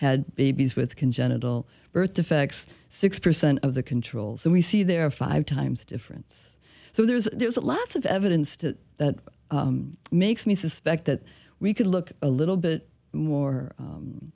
had babies with congenital birth defects six percent of the controls and we see there are five times difference so there is there's a lot of evidence to that makes me suspect that we could look a little bit more